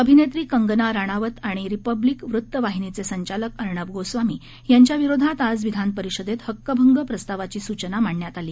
अभिनेत्री कंगना रनौत आणि रिपब्लिक वृत्तवाहिनीचे संचालक अर्णब गोस्वामी यांच्या विरोधात आज विधान परिषदेत हक्कभंग प्रस्तावाची सूचना मांडण्यात आली